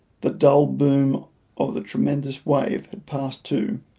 the dull boom of the tremendous wave had passed too,